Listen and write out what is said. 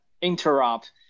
Interrupt